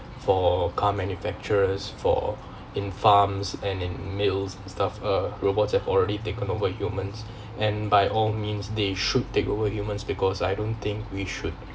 for car manufacturers for in farms and in meals stuff uh robots have already taken over humans and by all means they should take over humans because I don't think we should